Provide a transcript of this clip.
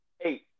Eight